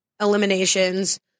eliminations